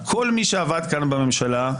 כל מי שעבד כאן ובממשלה,